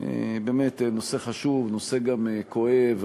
נושא חשוב וגם נושא כואב.